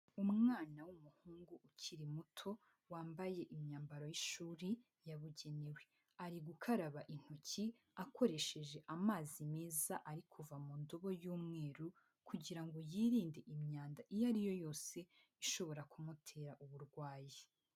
Umwana w'umuhungu ukiri muto wambaye imyambaro y'ishuri yabugenewe ari gukaraba intoki akoresheje amazi meza ri kuva mu indobo y'umweru; kugira ngo yirinde imyanda iyo ariyo yose ishobora kumutera uburwayi.